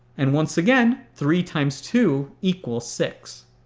and once again three times two equals six.